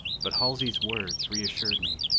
but halsey's words reassured me.